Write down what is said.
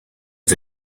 the